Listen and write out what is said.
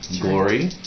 Glory